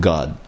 God